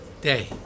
day